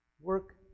work